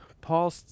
Paul